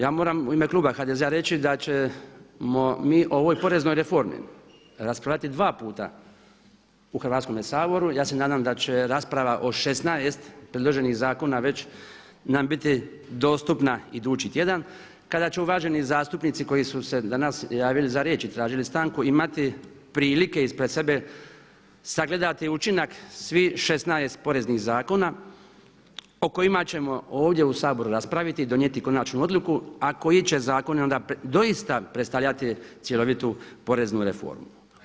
Ja moram u ime kluba HDZ-a reći da ćemo mi o ovoj poreznoj reformi raspravljati dva puta u Hrvatskome saboru. ja se nadam da će rasprava o 16 predloženih zakona već nam biti dostupna idući tjedan kada će uvaženi zastupnici koji su se danas javili za riječ i tražili stanku, imati prilike ispred sebe sagledati učinak svih 16 poreznih zakona o kojima ćemo ovdje u Saboru raspraviti i donijeti konačnu odluku, a koji će zakoni onda doista predstavljati cjelovitu poreznu reformu.